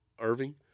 Irving